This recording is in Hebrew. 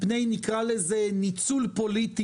אני מתכבד לפתוח את ישיבת הוועדה המיוחדת לתיקון פקודת המשטרה.